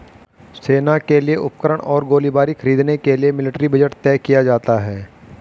सेना के लिए उपकरण और गोलीबारी खरीदने के लिए मिलिट्री बजट तय किया जाता है